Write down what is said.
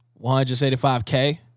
185K